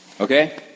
Okay